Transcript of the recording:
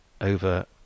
over